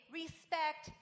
respect